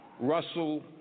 Russell